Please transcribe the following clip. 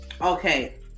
Okay